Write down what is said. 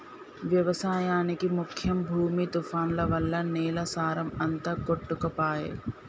వ్యవసాయానికి ముఖ్యం భూమి తుఫాన్లు వల్ల నేల సారం అంత కొట్టుకపాయె